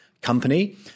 company